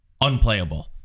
unplayable